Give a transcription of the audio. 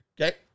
Okay